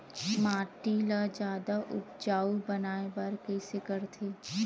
माटी ला जादा उपजाऊ बनाय बर कइसे करथे?